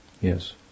yes